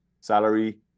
salary